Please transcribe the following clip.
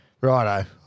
Righto